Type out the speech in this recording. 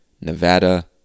Nevada